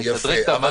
יפה.